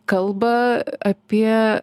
kalba apie